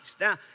Now